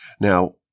Now